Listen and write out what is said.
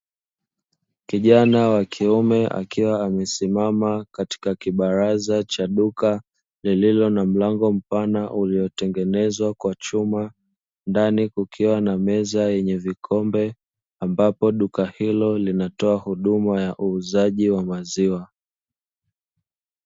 Kijana wa kiume akiwa amesimama katika kibaraza cha duka lilio na mlango mpana uliotengenezwa kwa chuma ndani kukiwa na meza yenye vikombe, ambapo duka hilo linatoa huduma ya uuzaji wa maziwa.